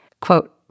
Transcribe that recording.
Quote